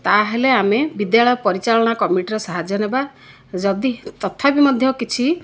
ତା'ହେଲେ ଆମେ ବିଦ୍ୟାଳୟ ପରିଚାଳନା କମିଟିର ସାହାଯ୍ୟ ନେବା ଯଦି ତଥାପି ମଧ୍ୟ କିଛି